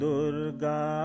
Durga